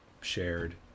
shared